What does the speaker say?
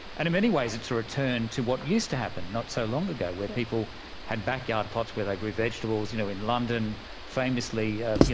and in many ways it's a return to what used to happen not so long ago, where people had back yard pots where they grew vegetables. you know, in london famously, ah you